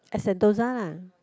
at Sentosa lah